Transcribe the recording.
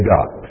God